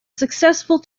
successful